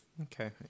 Okay